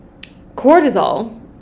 cortisol